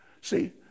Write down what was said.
See